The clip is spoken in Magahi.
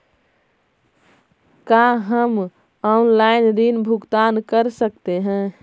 का हम आनलाइन ऋण भुगतान कर सकते हैं?